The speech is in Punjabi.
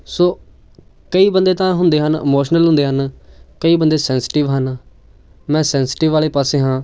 ਸੋ ਕਈ ਬੰਦੇ ਤਾਂ ਹੁੰਦੇ ਹਨ ਇਮੋਸ਼ਨਲ ਹੁੰਦੇ ਹਨ ਕਈ ਬੰਦੇ ਸੈਂਸਟਿਵ ਹਨ ਮੈਂ ਸੈਂਸਟਿਵ ਵਾਲੇ ਪਾਸੇ ਹਾਂ